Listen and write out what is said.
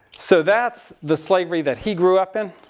so that's the slavery that he grew up in.